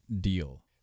deal